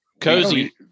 Cozy